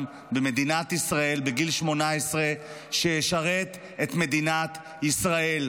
בגיל 18 במדינת ישראל ישרת את מדינת ישראל,